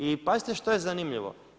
I pazite što je zanimljivo.